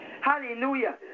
hallelujah